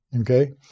Okay